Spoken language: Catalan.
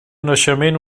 naixement